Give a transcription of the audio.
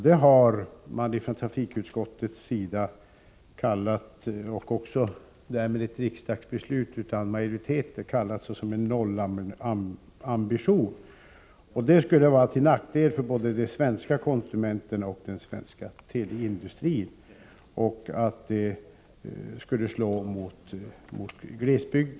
Denna nollambition har antagits av en majoritet här i riksdagen, men den skulle dels vara till nackdel för de svenska konsumenterna och den svenska teleindustrin, dels också slå mot glesbygden.